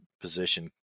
position